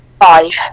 five